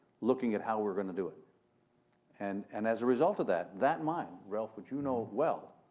looking at how we're going to do it and and as a result of that, that mine, ralph, which you know well,